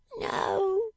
No